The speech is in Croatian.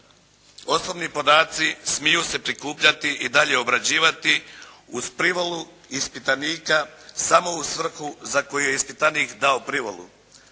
"Osobni podaci smiju se prikupljati i dalje obrađivati uz privolu ispitanika samo u svrhu za koju je ispitanik dao privolu